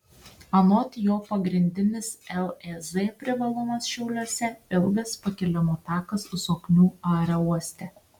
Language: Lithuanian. anot jo pagrindinis lez privalumas šiauliuose ilgas pakilimo takas zoknių aerouoste